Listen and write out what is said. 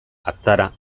hartara